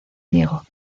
diego